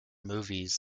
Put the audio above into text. movies